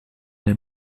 der